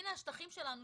הנה השטחים שלנו,